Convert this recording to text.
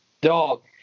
Dog